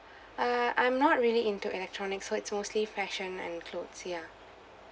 err I'm not really into electronics so it's mostly fashion and clothes ya